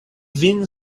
vin